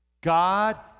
God